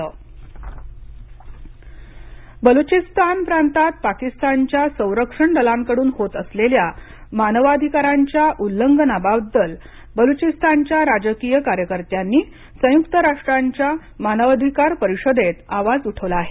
संयुक्त राष्ट्र बलचिस्तान बलुचिस्तान प्रांतात पाकिस्तानच्या संरक्षण दलांकडून होत असलेल्या मानवाधिकारांच्या उल्लंघनाबद्दल बलुचिस्तानच्या राजकीय कार्यकर्त्यांनी संयुक्त राष्ट्रांच्या मानवाधिकार परिषदेत आवाज उठवला आहे